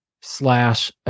slash